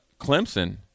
Clemson